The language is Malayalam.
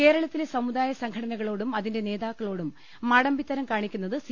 കേരളത്തിലെ സമുദായ സംഘടനകളോടും അതിന്റെ നേതാക്കളോടും മാട മ്പിത്തരം കാണിക്കുന്നത് സി